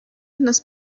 nes